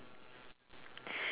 then the boy with the ice